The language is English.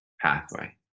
pathway